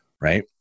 right